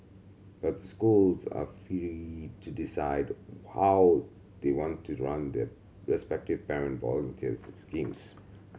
but schools are free to decide how they want to run their respective parent volunteers schemes